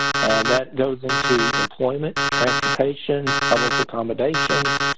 and that goes into employment, transportation, public accommodations